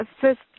first